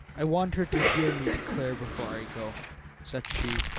i want her to hear me declare before i go said she,